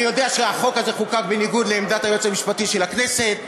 אני יודע שהחוק הזה חוקק בניגוד לעמדת היועץ המשפטי של הכנסת,